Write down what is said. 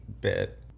bit